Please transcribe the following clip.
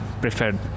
preferred